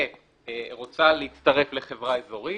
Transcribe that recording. ורוצה להצטרף לחברה אזורית.